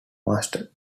master